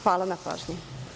Hvala na pažnji.